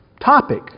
topic